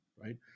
right